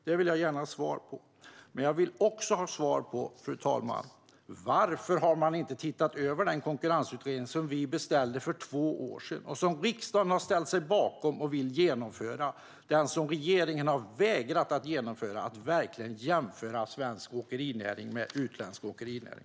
Jag vill gärna ha svar på detta, men jag vill också ha svar på varför man inte har sett över den konkurrensutredning som vi beställde för två år sedan, som riksdagen har ställt sig bakom och vill genomföra men som regeringen har vägrat att genomföra för att verkligen jämföra svensk åkerinäring med utländsk åkerinäring.